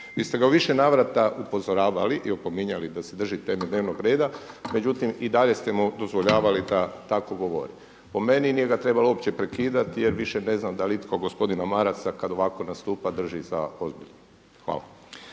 Vi ste ga u više navrata upozoravali i opominjali da se drži teme dnevnog reda, međutim i dalje ste mu dozvoljavali da tako govori. Po meni nije ga trebalo uopće prekidati, jer više ne znam da li itko gospodina Marasa kad ovako nastupa drži za ozbiljno. Hvala.